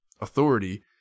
authority